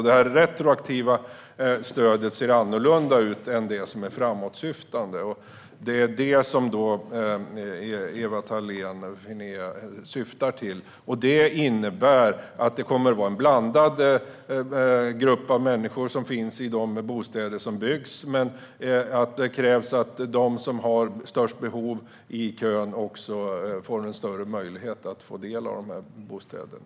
Det retroaktiva stödet ser annorlunda ut än det som är framåtsyftande. Det är det senare som Ewa Thalén Finné syftar på. Det stödet innebär att det kommer att vara en blandad grupp av människor i de bostäder som byggs, men det kräver att de i kön som har störst behov också får större möjlighet att ta del av de här bostäderna.